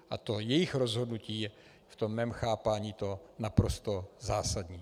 A to jejich rozhodnutí je v mém chápání to naprosto zásadní.